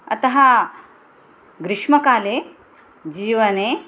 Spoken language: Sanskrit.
अतः ग्रिष्मकाले जीवने